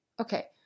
Okay